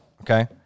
okay